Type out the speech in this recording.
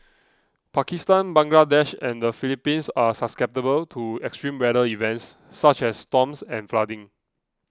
Pakistan Bangladesh and the Philippines are susceptible to extreme weather events such as storms and flooding